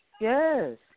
Yes